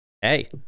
hey